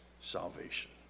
salvation